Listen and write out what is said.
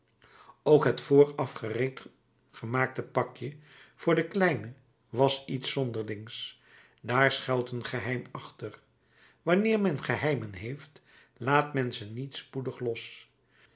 ook het vooraf gereed gemaakte pakje voor de kleine was iets zonderlings daar schuilt een geheim achter wanneer men geheimen heeft laat men ze niet spoedig los